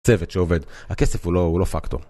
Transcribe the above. צוות שעובד, הכסף הוא לא פקטור.